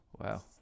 Wow